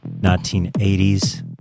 1980s